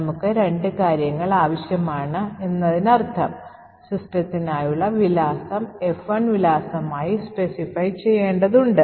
നമുക്ക് രണ്ട് കാര്യങ്ങൾ ആവശ്യമാണെന്ന് ഇതിനർത്ഥം സിസ്റ്റത്തിനായുള്ള വിലാസം F1 വിലാസമായി Specify ചെയ്യേണ്ടതുണ്ട്